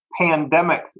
pandemics